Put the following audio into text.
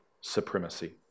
supremacy